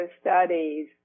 studies